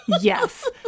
Yes